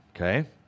Okay